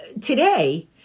today